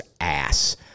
ass